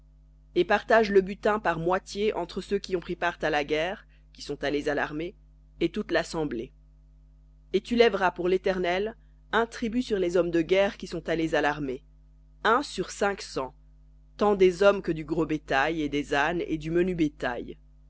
et partage le butin par moitié entre ceux qui ont pris part à la guerre qui sont allés à l'armée et toute lassemblée et tu lèveras pour l'éternel un tribut sur les hommes de guerre qui sont allés à l'armée un sur cinq cents tant des hommes que du gros bétail et des ânes et du menu bétail